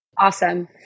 Awesome